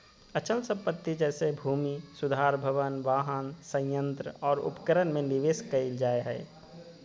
अचल संपत्ति जैसे भूमि सुधार भवन, वाहन, संयंत्र और उपकरण में निवेश कइल जा हइ